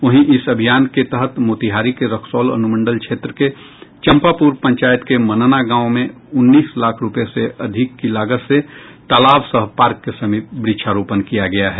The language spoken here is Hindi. वहीं इस अभियान के तहत मोतिहारी रक्सौल अनुमंडल क्षेत्र के चंपापूर पंचायत के मनना गांव में उन्नीस लाख रूपये से अधिक की लागत से तालाब सह पार्क के समीप वृक्षारोपन किया गया है